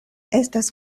estas